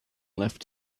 left